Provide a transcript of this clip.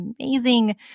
amazing